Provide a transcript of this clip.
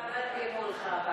אני, עבדתי מולך פעם.